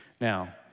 Now